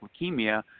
leukemia